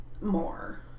more